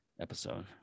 episode